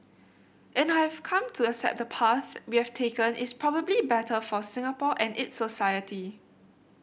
and I've come to accept the path we have taken is probably better for Singapore and its society